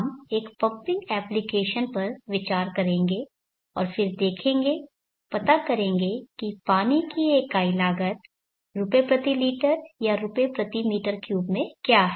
हम एक pumping application पर विचार करेंगे और फिर देखेंगे पता करेंगे कि पानी की इकाई लागत रुपये प्रति लीटर या रुपये प्रति m3 में क्या है